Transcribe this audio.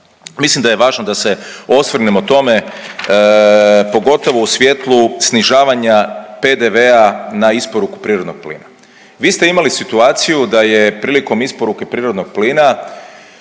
Mislim da je važno da se osvrnemo tome pogotovo u svjetlu snižavanja PDV-a na isporuku prirodnog plina. Vi ste imali situaciju da je prilikom isporuke prirodnog plina